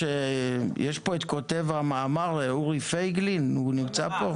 יש פה את כותב המאמר, אורי פייגלין, הוא נמצא פה?